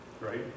right